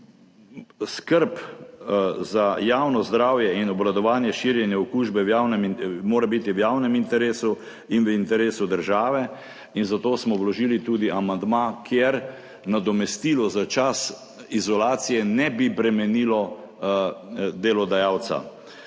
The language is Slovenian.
skrb za javno zdravje in obvladovanje širjenja okužbe v javnem in, mora biti v javnem interesu in v interesu države in zato smo vložili tudi amandma, kjer nadomestilo za čas izolacije ne bi bremenilo delodajalca.